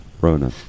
Rona